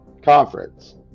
conference